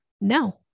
no